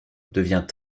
devient